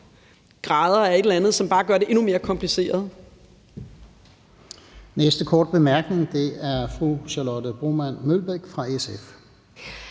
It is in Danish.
grader af et eller andet, som bare gør det endnu mere kompliceret.